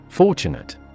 Fortunate